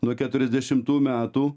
nuo keturiasdešimtų metų